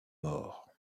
mort